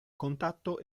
contatto